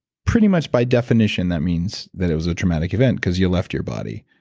pretty much by definition that means that it was a traumatic event because you left your body.